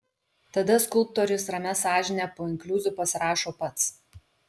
tada skulptorius ramia sąžine po inkliuzu pasirašo pats